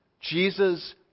Jesus